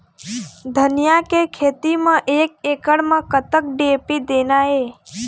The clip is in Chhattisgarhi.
धनिया के खेती म एक एकड़ म कतक डी.ए.पी देना ये?